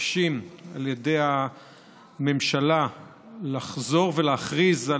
מתבקשים על ידי הממשלה לחזור ולהכריז על